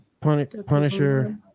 Punisher